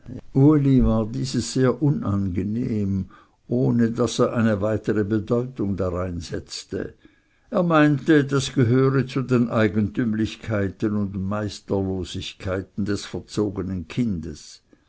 war dieses sehr unangenehm ohne daß er eine weitere bedeutung darein setzte er meinte das gehöre zu den eigentümlichkeiten und meisterlosigkeiten des verzogenen kindes